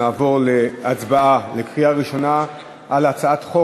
נעבור להצבעה בקריאה ראשונה על הצעת חוק